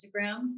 Instagram